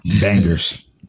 Bangers